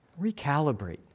Recalibrate